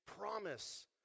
promise